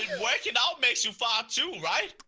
working out makes you far too, right?